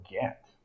get